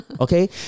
Okay